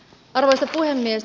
arvoisa puhemies